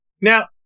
Now